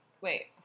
wait